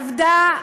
עבדה,